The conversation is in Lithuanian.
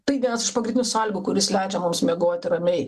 tai vienas iš pagrindinių sąlygų kuris leidžia mums miegoti ramiai